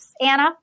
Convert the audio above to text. Anna